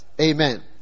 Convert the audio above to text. amen